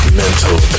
mental